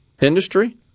industry